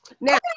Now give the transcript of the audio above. now